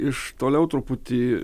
iš toliau truputį